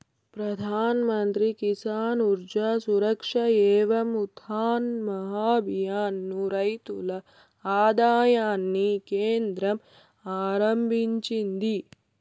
ప్రధాన్ మంత్రి కిసాన్ ఊర్జా సురక్ష ఏవం ఉత్థాన్ మహాభియాన్ ను రైతుల ఆదాయాన్ని కేంద్రం ఆరంభించింది